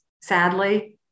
sadly